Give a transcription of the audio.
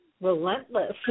relentless